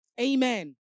Amen